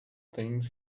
things